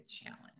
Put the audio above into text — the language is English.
challenge